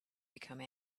become